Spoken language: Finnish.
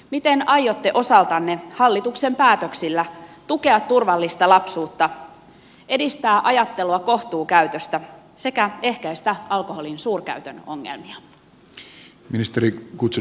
miten aiotte osaltanne hallituksen päätöksillä tukea turvallista lapsuutta edistää ajattelua kohtuukäytöstä sekä ehkäistä alkoholin suurkäytön ongelmia